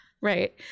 Right